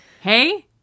hey